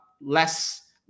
less